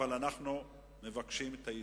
אבל אנחנו מבקשים את היישום.